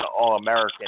All-American